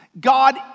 God